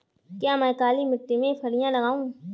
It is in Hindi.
क्या मैं काली मिट्टी में फलियां लगाऊँ?